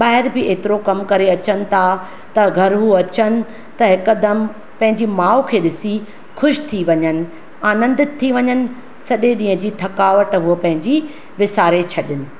ॿाहिरि बि एतिरो कमु करे अचनि था त घरु हूअं अचनि त हिकदमि पंहिंजी माउ खे ॾिसी ख़ुशि थी वञनि आनंदित थी वञनि सॼे ॾींहं जी थकावट हूअं पंहिंजी विसारे छॾनि